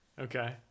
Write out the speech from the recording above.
Okay